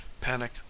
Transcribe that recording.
Panic